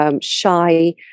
Shy